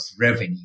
revenue